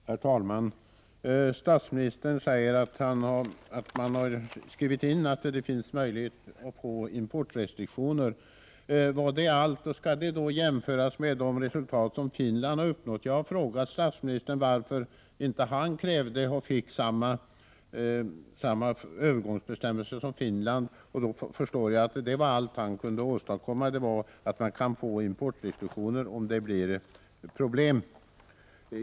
Herr talman! Statsministern säger att man har skrivit in att det finns möjlighet att få importrestriktioner. Skall det då jämföras med de resultat som Finland har uppnått? Jag har frågat statsministern varför han inte krävde och fick samma övergångsbestämmelser som Finland, och då förstår jag att allt vad han kunde åstadkomma var att det är möjligt att införa importrestriktioner om det blir problem.